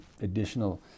additional